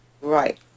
Right